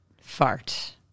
fart